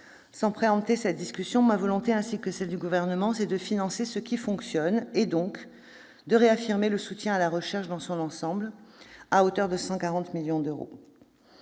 Sans préempter cette discussion, ma volonté, ainsi que celle du Gouvernement, est de financer ce qui fonctionne, donc de réaffirmer le soutien à la recherche dans son ensemble, 140 millions d'euros